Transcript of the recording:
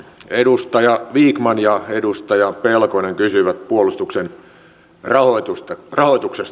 edustaja vikman ja edustaja pelkonen kysyivät puolustuksen rahoituksesta